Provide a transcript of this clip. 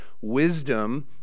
Wisdom